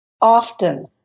often